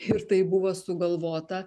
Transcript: ir taip buvo sugalvota